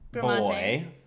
boy